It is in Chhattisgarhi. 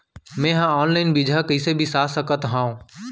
मे हा अनलाइन बीजहा कईसे बीसा सकत हाव